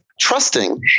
trusting